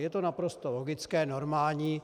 Je to naprosto logické, normální.